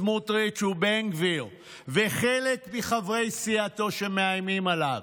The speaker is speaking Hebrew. סמוטריץ' ובן גביר וחלק מחברי סיעתו שמאיימים עליו.